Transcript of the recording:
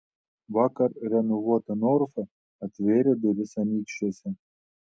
vakar renovuota norfa atvėrė duris anykščiuose